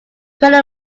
twenty